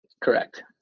Correct